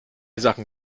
sachen